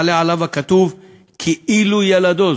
מעלה עליו הכתוב כאילו ילדו".